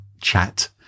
chat